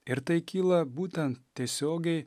ir tai kyla būtent tiesiogiai